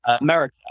America